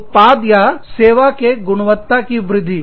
उत्पाद या सेवा के गुणवत्ता की वृद्धि